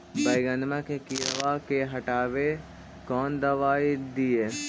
बैगनमा के किड़बा के हटाबे कौन दवाई दीए?